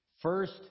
First